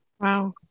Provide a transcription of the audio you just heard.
Wow